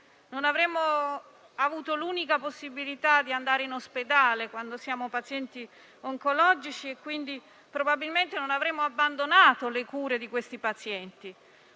non avremmo avuto l'unica possibilità di andare in ospedale quando siamo pazienti oncologici e quindi probabilmente non avremmo abbandonato le cure di quei pazienti.